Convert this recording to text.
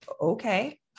Okay